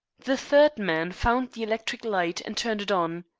the third man found the electric light and turned it on.